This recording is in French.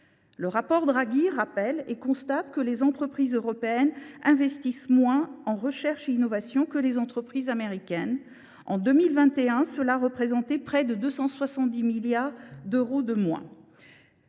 Le rapport Draghi constate que les entreprises européennes investissent moins en recherche et innovation que les entreprises américaines. En 2021, cela représentait près de 270 milliards d’euros de moins.